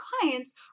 clients